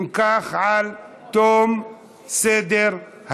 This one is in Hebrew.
אם כך, על תום סדר-היום.